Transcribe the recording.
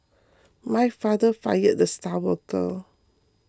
my father fired the star water